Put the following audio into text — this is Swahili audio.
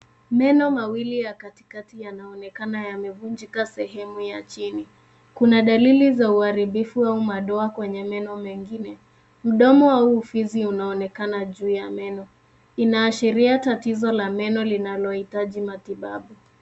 Meno mawili ya katikati yanaonekana yamevunjika sehemu ya chini. Kuna dalili za uharibifu au madoa kwenye meno mengine. Mdomo au ufizi unaonekana juu ya meno. Inaashiria tatizo la meno linalohitaji matibabu.